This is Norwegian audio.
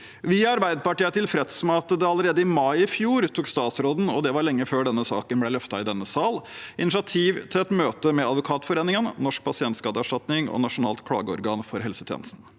Vi i Arbeiderpartiet er tilfreds med at statsråden allerede i mai i fjor – og det var lenge før denne saken ble løftet i denne sal – tok initiativ til et møte med Advokatforeningen, Norsk pasientskadeerstatning og Nasjonalt klageorgan for helsetjenesten.